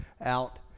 out